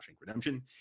Redemption